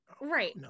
Right